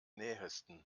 nähesten